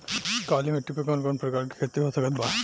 काली मिट्टी पर कौन कौन प्रकार के खेती हो सकत बा?